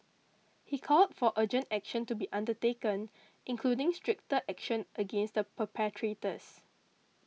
he called for urgent action to be undertaken including stricter action against the perpetrators